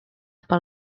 pel